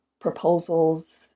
proposals